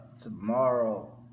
Tomorrow